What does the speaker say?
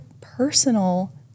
personal